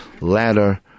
ladder